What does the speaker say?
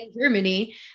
Germany